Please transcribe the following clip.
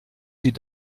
sie